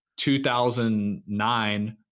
2009